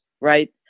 right